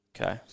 Okay